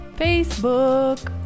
Facebook